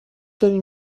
داریم